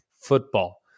football